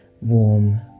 warm